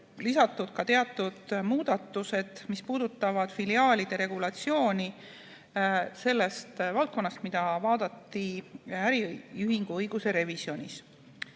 lisatud ka teatud muudatused, mis puudutavad filiaalide regulatsiooni selles valdkonnas, mida vaadati äriühinguõiguse revisjoni